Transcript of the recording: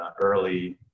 early